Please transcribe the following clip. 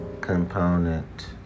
component